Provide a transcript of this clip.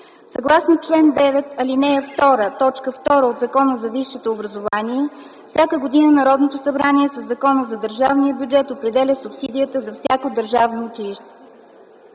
Съгласно чл. 9, ал. 2, т. 2 от Закона за висшето образование всяка година Народното събрание със Закона за държавния бюджет определя субсидията за всяко държавно училище.